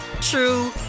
true